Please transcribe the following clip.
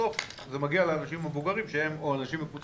ובסוף זה מגיע לאנשים המבוגרים או לאנשים בקבוצות הסיכון שנדבקים.